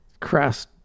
crass